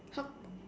how